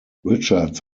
richards